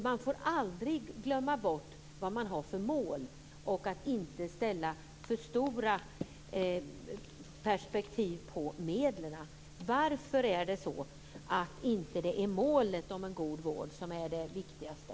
Man får aldrig glömma bort vad man har för mål och inte ställa för stora perspektiv på medlen. Varför är det inte målet om en god vård som är det viktigaste?